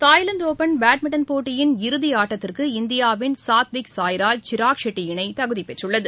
தாய்லாந்துடுப்பன் badminton போட்டியின் இறுதியாட்டத்திற்கு இந்தியாவின் சாத்விக் சாய்ராஜ் சிராக்ஷெட்டி இணைதகுதிபெற்றுள்ளது